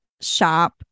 shop